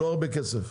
לא הרבה כסף,